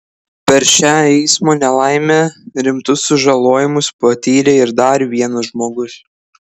per šią eismo nelaimę rimtus sužalojimus patyrė ir dar vienas žmogus